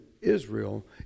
Israel